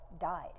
died